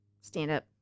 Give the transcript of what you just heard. stand-up